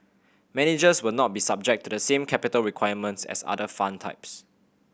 managers will not be subject to the same capital requirements as other fund types